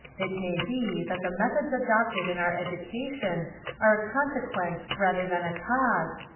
it may be that the methods adopted in our education are a consequence rather than a cause,